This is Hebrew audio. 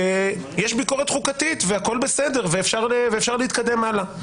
שיש ביקורת חוקתית, הכול בסדר ואפשר להתקדם הלאה.